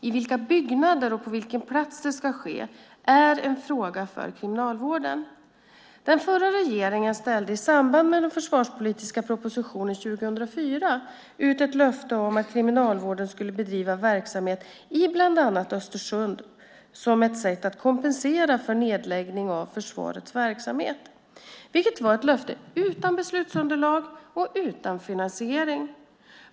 I vilka byggnader och på vilken plats det ska ske är en fråga för Kriminalvården. Den tidigare regeringen ställde i samband med den försvarspolitiska propositionen 2004 ut ett löfte om att Kriminalvården skulle bedriva verksamhet i bland annat Östersund, som ett sätt att kompensera för nedläggning av försvarets verksamhet, vilket var ett löfte utan beslutsunderlag och finansiering.